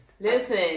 listen